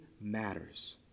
matters